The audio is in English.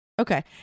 Okay